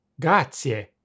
Grazie